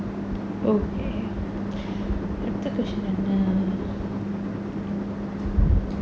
okay அடுத்த:adutha question என்ன:enna